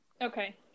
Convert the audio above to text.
Okay